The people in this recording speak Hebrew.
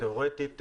תיאורטית,